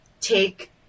take